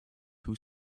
too